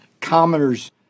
commoner's